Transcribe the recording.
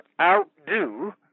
outdo